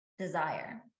desire